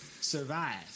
survive